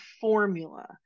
formula